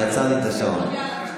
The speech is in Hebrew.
אני עצרתי את השעון.